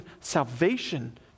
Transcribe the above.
salvation